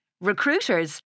Recruiters